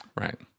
right